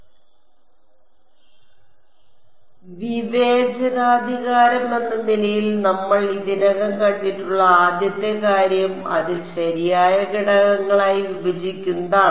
അതിനാൽ വിവേചനാധികാരം എന്ന നിലയിൽ നമ്മൾ ഇതിനകം കണ്ടിട്ടുള്ള ആദ്യത്തെ കാര്യം അതിനെ ശരിയായ ഘടകങ്ങളായി വിഭജിക്കുന്നതാണ്